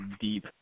deep